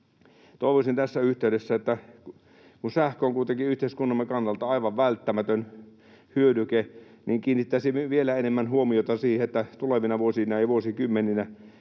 Toivoisin tässä yhteydessä, kun sähkö on kuitenkin yhteiskuntamme kannalta aivan välttämätön hyödyke, ja kiinnittäisin vielä enemmän huomiota siihen, että tulevina vuosina ja vuosikymmeninä